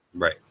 Right